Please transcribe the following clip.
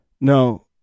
No